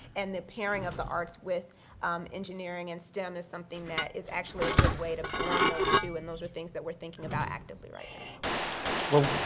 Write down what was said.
and the pairing of the arts with engineering and stem is something that is actually a good way to blend those two, and those are things that we're thinking about actively right now. congressman